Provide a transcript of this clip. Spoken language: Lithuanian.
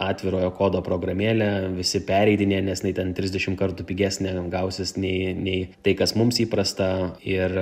atvirojo kodo programėlė visi pereidinėja nes jinai ten trisdešim kartų pigesnė gausis nei nei tai kas mums įprasta ir